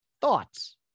Thoughts